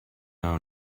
our